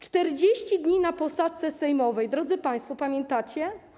40 dni na posadzce sejmowej, drodzy państwo, pamiętacie?